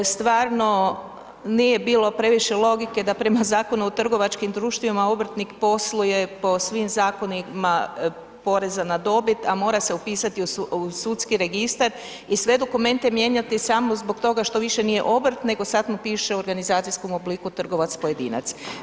Stvarno nije bilo previše logike da prema Zakonu o trgovačkim društvima obrtnik posluje po svim zakonima poreza na dobit, a mora se upisat u sudski registar i sve dokumente mijenjati samo zbog toga što više nije obrt, nego sam mu piše u organizacijskom obliku trgovac pojedinac.